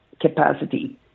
capacity